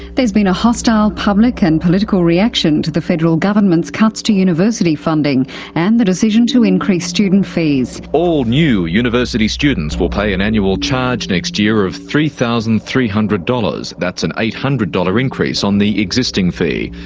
there's been a hostile public and political reaction to the federal government's cuts to university funding and the decision to increase student fees. all new university students will pay an annual charge next year of three thousand three hundred dollars. that's an eight hundred dollars increase on the existing fee.